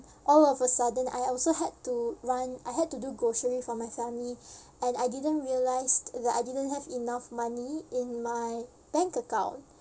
all of a sudden I also had to run I had to do grocery for my family and I didn't realise that I didn't have enough money in my bank account